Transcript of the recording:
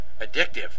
addictive